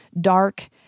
dark